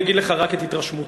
אני אגיד לך רק את התרשמותי.